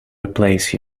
replace